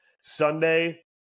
Sunday